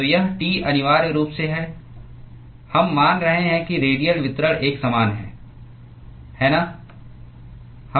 तो यह T अनिवार्य रूप से है हम मान रहे हैं कि रेडियल वितरण एक समान है है ना